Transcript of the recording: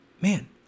man